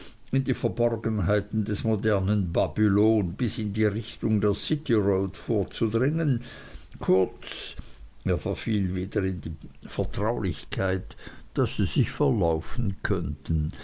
die verborgenheiten des modernen babylon bis in die richtung der city road vorzudringen kurz er verfiel wieder in plötzliche vertraulichkeit daß sie sich verlaufen könnten